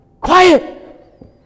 Quiet